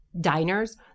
diners